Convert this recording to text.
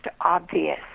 obvious